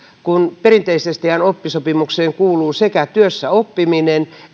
kun perinteisestihän oppisopimukseen kuuluu sekä työssäoppiminen